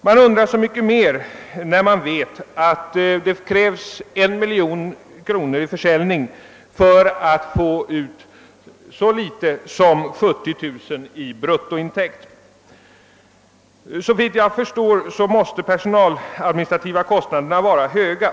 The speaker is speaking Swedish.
Detta undrar man så mycket mer som man vet att det krävs en miljon kronor i försäljning för att få ut en så låg bruttointäkt som 70 000 kronor. Såvitt jag förstår måste de personaladministrativa kostnaderna vara höga.